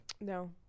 No